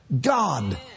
God